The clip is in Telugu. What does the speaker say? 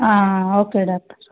okay doctor